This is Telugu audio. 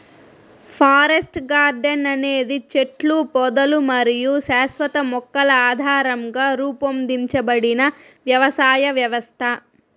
ఫారెస్ట్ గార్డెన్ అనేది చెట్లు, పొదలు మరియు శాశ్వత మొక్కల ఆధారంగా రూపొందించబడిన వ్యవసాయ వ్యవస్థ